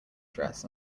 dress